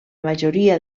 majoria